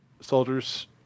soldiers